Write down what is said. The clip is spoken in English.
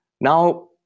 Now